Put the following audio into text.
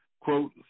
quote